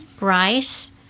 Rice